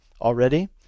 already